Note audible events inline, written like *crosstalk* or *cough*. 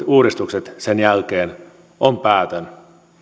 *unintelligible* uudistukset sen jälkeen on päätön